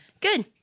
Good